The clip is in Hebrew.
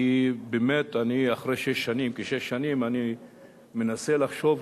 כי אחרי כשש שנים אני מנסה לחשוב,